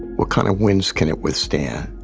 what kind of winds can it withstand?